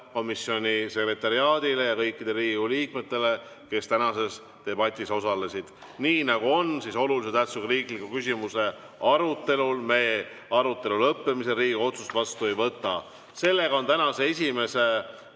komisjoni sekretariaadile ja kõikidele Riigikogu liikmetele, kes tänases debatis osalesid. Nii nagu ikka olulise tähtsusega riikliku küsimuse arutelul, me arutelu lõppemisel Riigikogu otsust vastu ei võta. Sellega on tänase esimese